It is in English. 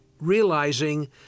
realizing